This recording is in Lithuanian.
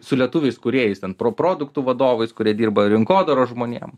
su lietuviais kūrėjais ten pro produktų vadovais kurie dirba rinkodaros žmonėm